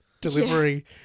Delivery